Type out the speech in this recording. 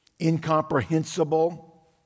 incomprehensible